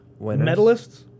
medalists